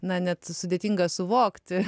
na net sudėtinga suvokti